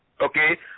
Okay